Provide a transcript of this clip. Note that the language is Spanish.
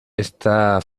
está